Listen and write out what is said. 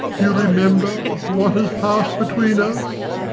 you remember what has passed between us!